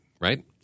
right